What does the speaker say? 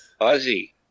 Ozzy